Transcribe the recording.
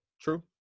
True